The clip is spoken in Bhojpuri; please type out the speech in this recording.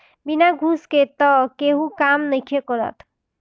बिना घूस के तअ केहू काम नइखे करत